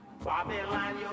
Babylon